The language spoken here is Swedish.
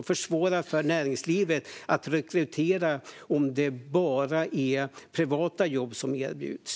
Det försvårar för näringslivet att rekrytera om det bara är privata jobb som erbjuds.